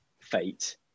fate